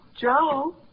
Joe